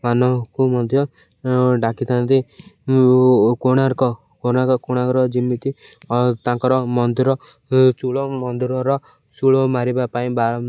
ମାନଙ୍କୁ ମଧ୍ୟ ଡ଼ାକିଥାନ୍ତି କୋଣାର୍କ କୋଣାର୍କ କୋଣାର୍କର ଯେମିତି ତାଙ୍କର ମନ୍ଦିର ଚୂଳ ମନ୍ଦିରର ଚୂଳ ମାରିବା ପାଇଁ